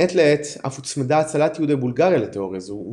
מעת לעת אף הוצמדה הצלת יהודי בולגריה לתאוריה זו ונטען,